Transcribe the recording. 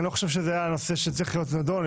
כי אני לא חושב שזה הנושא שצריך להיות נדון.